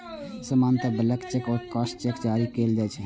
सामान्यतः blank cheque आ crossed cheque जारी कैल जाइ छै